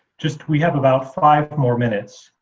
just, we have about five more minutes.